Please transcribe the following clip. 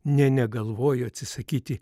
nė negalvojo atsisakyti